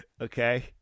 Okay